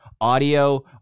audio